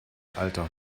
alter